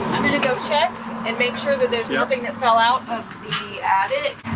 gonna go check and make sure that there's nothing that fell out of the attic.